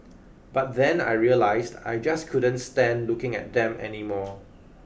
but then I realised I just couldn't stand looking at them anymore